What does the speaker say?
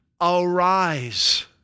Arise